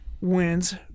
wins